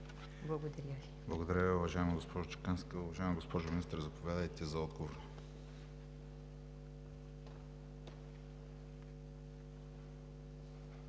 Благодаря